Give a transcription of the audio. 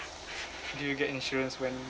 do you get insurance when